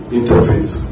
interface